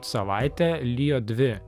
savaitę lijo dvi